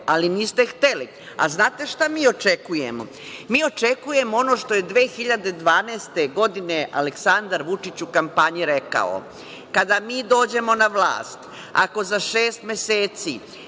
ali niste hteli. Znate li šta mi očekujemo? Mi očekujemo ono što je 2012. godine Aleksandar Vučić u kampanji rekao – kada mi dođemo na vlast ako za šest meseci